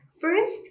First